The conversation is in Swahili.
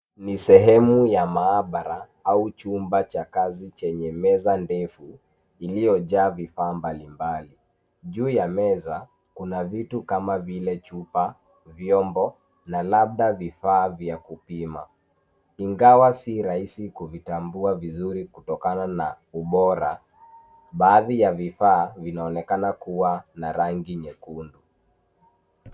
Ni sehemu ya maabara au chumba cha kazi chenye meza ndefu, iliyojaa vifaa mbalimbali. Juu ya meza, kuna vitu kama vile chupa, vyombo, na labda vifaa vya kupima. Ingawa si rahisi kuvitambua vizuri kutokana na ubora, baadhi ya vifaa vinaonekana kuwa na rangi nyekundu.